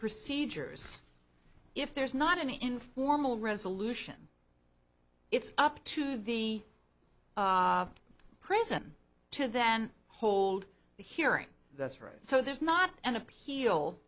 procedures if there's not an informal resolution it's up to the prison to then hold the hearing that's right so there's not an appeal